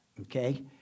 Okay